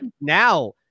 now